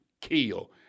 kill